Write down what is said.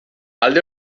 alde